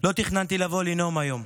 לא תכננתי לבוא לנאום היום,